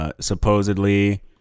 Supposedly